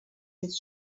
his